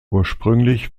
ursprünglich